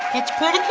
it's pretty